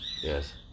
Yes